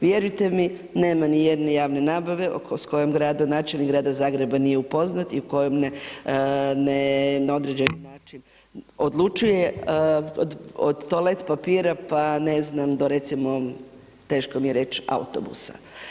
Vjerujte mi nema nijedne javne nabave s kojom gradonačelnik grada Zagreba nije upoznat i na određeni način odlučuje od toalet papira pa ne znam recimo teško mi je reći autobusa.